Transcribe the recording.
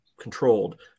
controlled